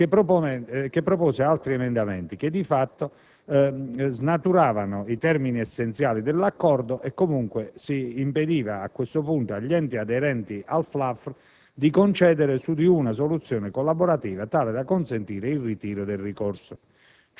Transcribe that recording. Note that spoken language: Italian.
che propone altri emendamenti (i quali, di fatto, snaturano i termini essenziali dell'accordo e con cui, comunque, si impedisce, a questo punto, agli enti aderenti alla FLAFR di convergere su di una soluzione collaborativa tale da consentire il ritiro del ricorso).